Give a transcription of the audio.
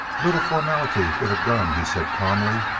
a little formality with a gun, he said calmly.